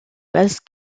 base